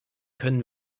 können